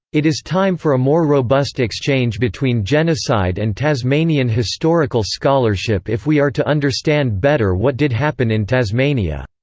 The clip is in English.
it is time for a more robust exchange between genocide and tasmanian historical scholarship if we are to understand better what did happen in tasmania.